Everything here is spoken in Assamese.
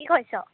কি কৰিছ